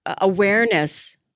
awareness